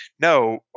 no